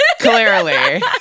Clearly